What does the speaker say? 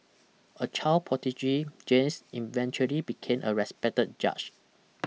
a child prodigy James eventually became a respected judge